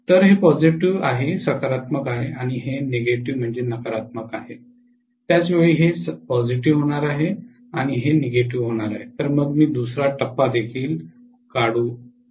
तर हे सकारात्मक आहे आणि हे नकारात्मक आहे त्याच वेळी हे सकारात्मक होणार आहे आणि हे नकारात्मक होणार आहे तर मग मी दुसरा टप्पादेखील काढूया